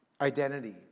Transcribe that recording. identity